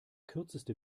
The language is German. kürzeste